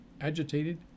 agitated